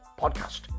podcast